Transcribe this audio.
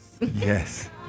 Yes